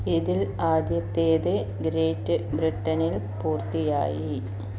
ഇതിൽ ആദ്യത്തേത് ഗ്രേറ്റ് ബ്രിട്ടനിൽ പൂർത്തിയായി